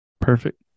Perfect